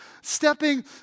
stepping